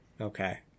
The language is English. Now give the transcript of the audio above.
Okay